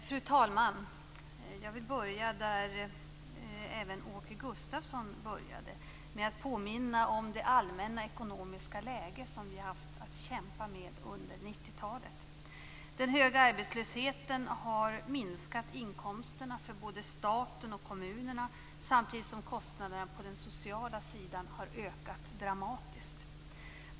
Fru talman! Jag vill börja med det som även Åke Gustavsson började med, att påminna om det allmänna ekonomiska läge som vi har haft att kämpa med under 90-talet. Den höga arbetslösheten har minskat inkomsterna för både staten och kommunerna, samtidigt som kostnaderna på den sociala sidan har ökat dramatiskt.